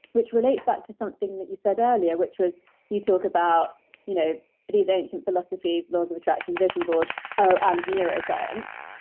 which relates back to something that you said earlier, which was you talk about you know these ancient philosophies, laws of attraction, vision boards, and neuroscience,